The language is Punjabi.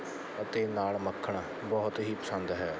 ਅਤੇ ਨਾਲ ਮੱਖਣ ਬਹੁਤ ਹੀ ਪਸੰਦ ਹੈ